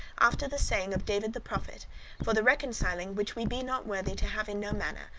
after the saying of david the prophet for the reconciling which we be not worthy to have in no manner,